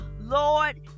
Lord